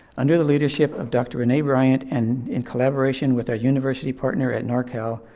under the leadership of dr. renae bryant, and in collaboration with our university partner at norcal,